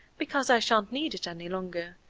because i shan't need it any longer,